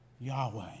Yahweh